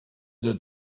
that